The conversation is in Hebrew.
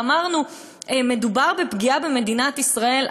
ואמרנו: מדובר בפגיעה במדינת ישראל,